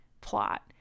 plot